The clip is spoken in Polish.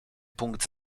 punkt